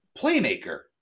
playmaker